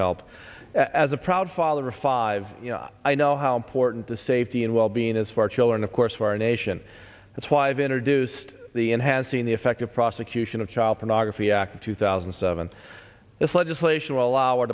help as a proud father of five i know how important the safety and well being is for children of course for our nation that's why i've introduced the enhancing the effective prosecution of child pornography act of two thousand and seven this legislation will our